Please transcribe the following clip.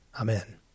Amen